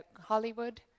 Hollywood